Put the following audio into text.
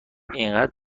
اینقدر